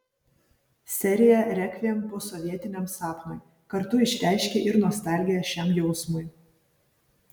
serija rekviem posovietiniam sapnui kartu išreiškia ir nostalgiją šiam jausmui